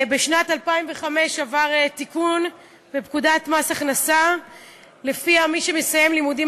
בשנת 2005 עבר תיקון לפקודת מס הכנסה שלפיו מי שמסיים לימודים